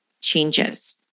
changes